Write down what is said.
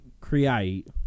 create